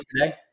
today